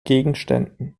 gegenständen